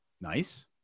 nice